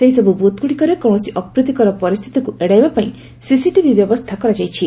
ସେହିସବୁ ବୁଥ୍ଗୁଡିକରେ କୌଣସି ଅପ୍ରୀତିକର ପରିସ୍ଚିତିକୁ ଏଡାଇବା ପାଇଁ ସିସିଟିଭି ବ୍ୟବସ୍ଥା କରାଯାଇଛି